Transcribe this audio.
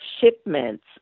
shipments